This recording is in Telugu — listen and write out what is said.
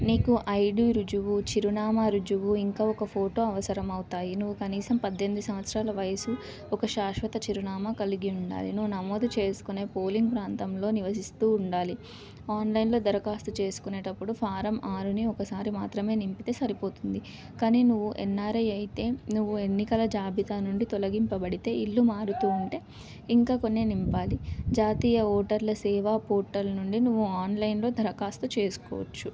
నీకు ఐడీ రుజువు చిరునామా రుజువు ఇంకా ఒక ఫోటో అవసరమౌతాయి నువ్వు కనీసం పద్డెంది సంవత్సరాల వయసు ఒక శాశ్వత చిరునామా కలిగి ఉండాలి నువ్వు నమోదు చేసుకునే పోలింగ్ ప్రాంతంలో నివసిస్తూ ఉండాలి ఆన్లైన్లో దారఖాస్తు చేసుకునేటప్పుడు ఫారం ఆరుని ఒక సారి మాత్రమే నింపితే సరిపోతుంది కానీ నువ్వు ఎన్ఆర్ఐ అయితే నువ్వు ఎన్నికల జాబితా నుండి తొలగింపబడితే ఇల్లు మారుతూ ఉంటే ఇంకా కొన్ని నింపాలి జాతీయ ఓటర్ల సేవా పోర్టల్ నుండి నువ్వు ఆన్లైన్లో ధరఖాస్తు చేసుకోవచ్చు